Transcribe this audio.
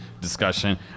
discussion